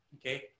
okay